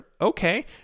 Okay